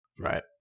Right